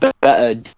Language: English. better